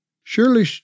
Surely